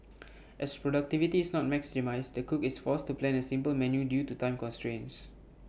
as productivity is not maximised the cook is forced to plan A simple menu due to time constraints